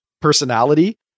personality